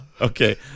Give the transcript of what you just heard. okay